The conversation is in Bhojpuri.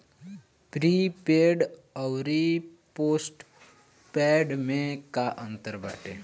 प्रीपेड अउर पोस्टपैड में का अंतर बाटे?